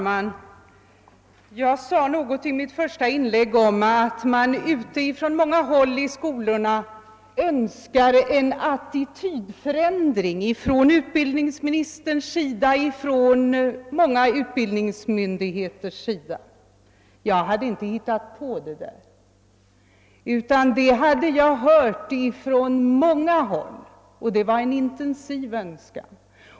Herr talman! I mitt första inlägg sade jag något om att man från många håll i skolorna önskade en attitydförändring från utbildningsministerns och från många utbildningsmyndigheters sida. Detta hade jag inte hittat på, utan det hade jag hört från många håll. Det var en intensiv önskan.